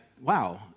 wow